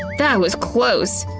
that was close.